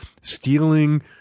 stealing